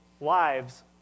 lives